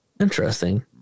Interesting